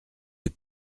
des